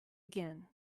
again